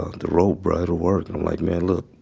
the rope, bruh, it'll work. and i'm like, man, look,